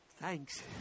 Thanks